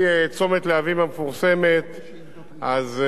עצם הביצוע של הפרויקט